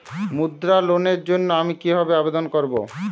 মুদ্রা লোনের জন্য আমি কিভাবে আবেদন করবো?